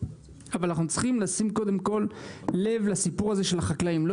אבל אנחנו צריכים לשים קודם כל לב לסיפור הזה של החקלאים,